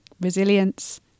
resilience